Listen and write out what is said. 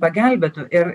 pagelbėtų ir